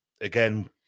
again